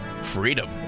freedom